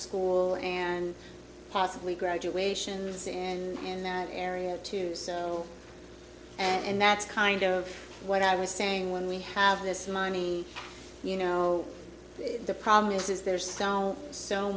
taking and possibly graduation and in that area too so and that's kind of what i was saying when we have this money you know the problem is there's so